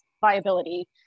viability